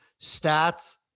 stats